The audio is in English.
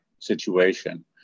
situation